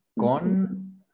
Con